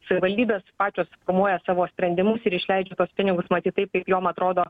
savivaldybės pačios formuoja savo sprendimus ir išleidžia tuos pinigus matyt taip kaip jom atrodo